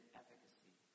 efficacy